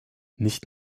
nicht